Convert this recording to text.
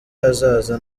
hazaza